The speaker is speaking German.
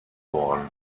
worden